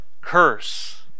curse